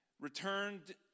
Returned